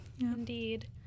Indeed